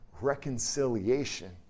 Reconciliation